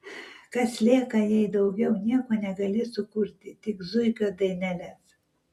kas lieka jei daugiau nieko negali sukurti tik zuikio daineles